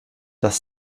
das